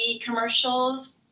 commercials